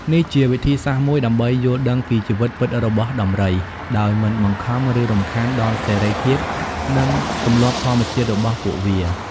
នេះជាវិធីសាស្ត្រមួយដើម្បី យល់ដឹងពីជីវិតពិតរបស់ដំរី ដោយមិនបង្ខំ ឬរំខានដល់សេរីភាព និងទម្លាប់ធម្មជាតិរបស់ពួកវា។